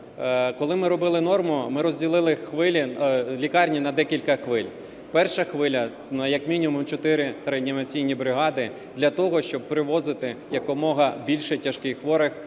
Коли ми робили норму, ми розділили лікарні на декілька хвиль. Перша хвиля – ну, як мінімум чотири реанімаційні бригади для того, щоб привозити якомога більше тяжких хворих